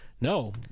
No